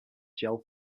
gel